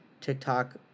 TikTok